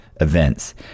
events